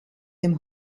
dem